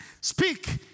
Speak